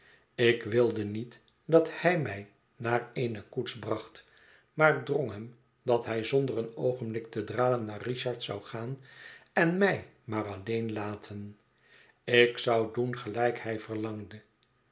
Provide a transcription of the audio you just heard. ik wilde niet dat hij mij naar eene koets bracht maar drong hem dat hij zonder een oogenblik te dralen naar richard zou gaan en mij maar alleen laten ik zou doen gelijk hij verlangde